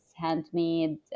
handmade